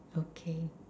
okay